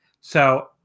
So-